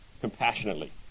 compassionately